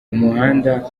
umuhanda